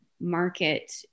Market